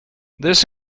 this